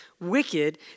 wicked